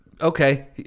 Okay